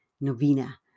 Novena